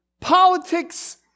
politics